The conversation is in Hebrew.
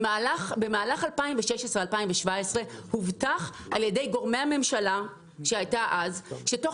במהלך 2016 ו-2017 הובטח על-ידי גורמי הממשלה אז שתוך